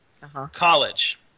college